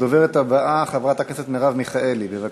הדוברת הבאה, חברת הכנסת מרב מיכאלי, בבקשה.